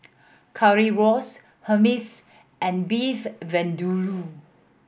Currywurst Hummus and Beef Vindaloo